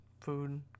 food